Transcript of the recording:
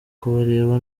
kubareba